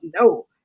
no